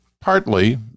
Partly